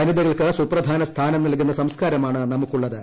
വനിതകൾക്ക് സുപ്രധാന സ്ഥാനം നൽകുന്ന സംസ്കാരമാണ് നമുക്കുളളത്